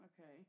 okay